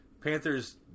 Panthers